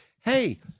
Hey